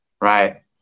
right